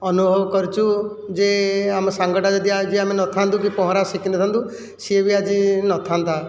ଅନୁଭବ କରିଛୁ ଯେ ଆମ ସାଙ୍ଗଟା ଯଦି ଆଜି ଆମେ ନଥାନ୍ତୁ କି ପହଁରା ଶିଖି ନଥାନ୍ତୁ ସିଏ ବି ଆଜି ନଥାନ୍ତା